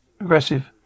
aggressive